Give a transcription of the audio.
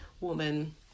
woman